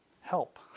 help